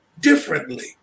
differently